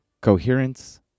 Coherence